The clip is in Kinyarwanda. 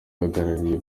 uhagarariye